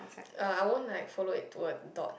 uh I won't like follow it to a thought